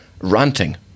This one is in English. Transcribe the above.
ranting